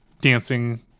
dancing